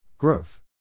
Growth